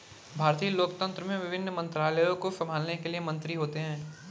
भारतीय लोकतंत्र में विभिन्न मंत्रालयों को संभालने के लिए मंत्री होते हैं